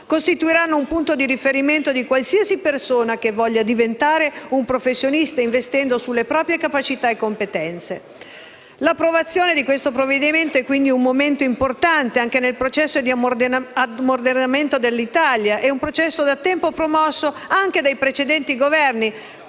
costituire un punto di riferimento di qualsiasi persona che voglia diventare un professionista investendo sulle proprie capacità e competenze. Detto questo, l'approvazione del provvedimento rappresenta un momento importante anche nel processo di ammodernamento dell'Italia, un processo promosso già dai precedenti Governi.